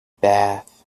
bath